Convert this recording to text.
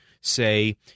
say